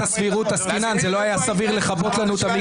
הציבור יגיע להפגנה --- לא תשתיקו אותנו.